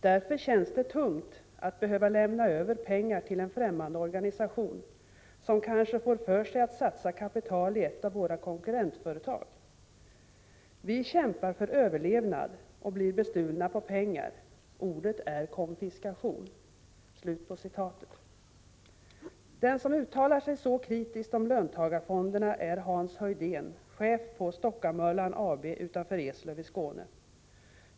Därför känns det tungt att behöva lämna över pengar till en ffrämmande organisation som kanske får för sig att satsa kapital i ett av våra konkurrentföretag. Vi kämpar för överlevnad och blir bestulna på pengar. Ordet är konfiskation.” Den som uttalar sig så kritiskt om löntagarfonderna är Hans Höjdén, chef för Stockamöllan AB utanför Eslöv i Skåne.